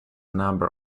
number